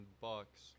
Bucks